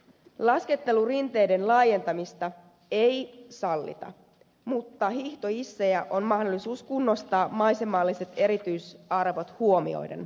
laskettelurinteiden laajentamista ei sallita mutta hiihtohissejä on mahdollisuus kunnostaa maisemalliset erityisarvot huomioiden